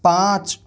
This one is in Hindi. पाँच